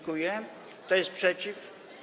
Kto jest przeciw?